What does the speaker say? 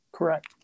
Correct